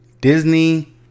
Disney